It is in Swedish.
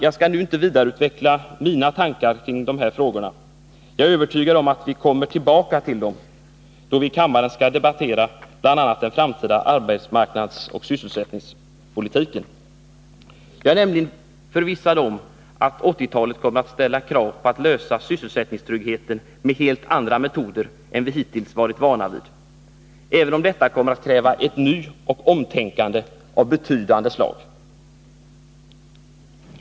Jag skall nu inte vidareutveckla mina tankar kring dessa frågor. Jag är övertygad om att vi kommer tillbaka till dem då vi i kammaren skall debattera bl.a. den framtida arbetsmarknadsoch sysselsättningspolitiken. Jag är nämligen förvissad om att 1980-talet kommer att ställa krav på att man kan lösa problemet med sysselsättningstryggheten med helt andra metoder än dem vi hittills varit vana vid. Även detta kommer att kräva ett nyoch omtänkande av betydande slag.